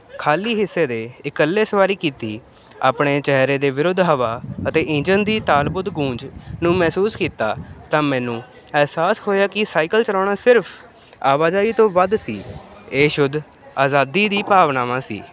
ਖਾਲੀ ਹਿੱਸੇ ਦੇ ਇਕੱਲੇ ਸਵਾਰੀ ਕੀਤੀ ਆਪਣੇ ਚਿਹਰੇ ਦੇ ਵਿਰੁੱਧ ਹਵਾ ਅਤੇ ਇੰਜਨ ਦੀ ਤਾਲਬੁਧ ਗੂੰਜ ਨੂੰ ਮਹਿਸੂਸ ਕੀਤਾ ਤਾਂ ਮੈਨੂੰ ਅਹਿਸਾਸ ਹੋਇਆ ਕਿ ਸਾਈਕਲ ਚਲਾਉਣਾ ਸਿਰਫ ਆਵਾਜਾਈ ਤੋਂ ਵੱਧ ਸੀ ਇਹ ਸ਼ੁੱਧ ਆਜ਼ਾਦੀ ਦੀ ਭਾਵਨਾ ਸੀ